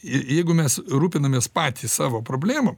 ir jeigu mes rūpinamės patys savo problemom